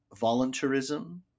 voluntarism